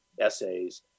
essays